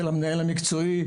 ולמנהל המקצועי,